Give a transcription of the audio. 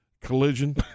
collision